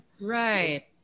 right